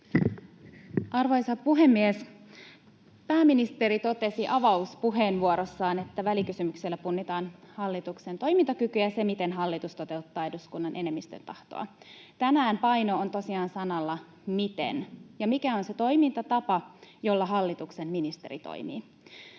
Arvoisa puhemies! Pääministeri totesi avauspuheenvuorossaan, että välikysymyksellä punnitaan hallituksen toimintakyky ja se, miten hallitus toteuttaa eduskunnan enemmistön tahtoa. Tänään paino on tosiaan sanalla ”miten” ja siinä, mikä on se toimintatapa, jolla hallituksen ministeri toimii.